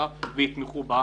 ויתמכו בה.